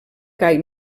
gai